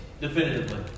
Definitively